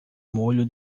molho